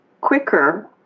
quicker